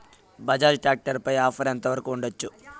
Bajaj tractor పై offer ఎంత వరకు ఉండచ్చు?